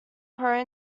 prone